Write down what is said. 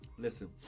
Listen